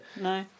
No